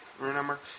remember